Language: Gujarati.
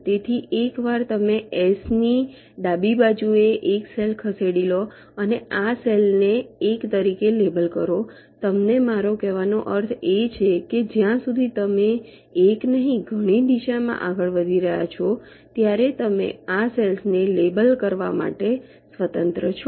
તેથી એકવાર તમે S ની ડાબી બાજુએ એકસેલ ખસેડી લો અને આ સેલ ને 1તરીકે લેબલ કરો તમને મારો કહેવાનો અર્થ એ છે કે જ્યાં સુધી તમે એક નહીં ઘણી દિશામાં આગળ વધી રહ્યા છો ત્યારે તમે આ સેલ્સ ને લેબલ કરવા માટે સ્વતંત્ર છો